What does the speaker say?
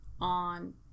on